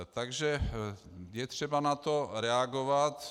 Takže je třeba na to reagovat.